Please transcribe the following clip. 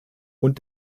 und